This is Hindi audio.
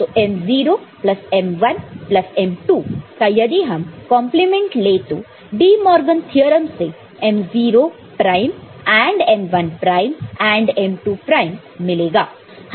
तो m0 plus m1 plus m2 का यदि हम कॉन्प्लीमेंट ले तो डिमॉर्गन थ्योरम से m0 prime AND m1 prime AND m2 prime मिलेगा